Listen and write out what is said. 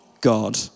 God